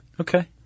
Okay